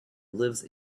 lives